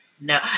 no